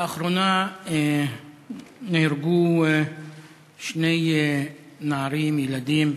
לאחרונה נהרגו שני נערים, ילדים.